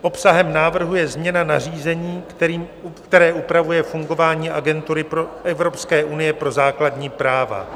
Obsahem návrhu je změna nařízení, které upravuje fungování Agentury Evropské unie pro základní práva.